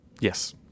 Yes